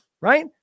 right